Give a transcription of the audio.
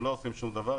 הם לא עושים שום דבר,